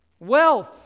Wealth